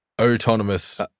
Autonomous